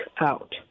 out